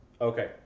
Okay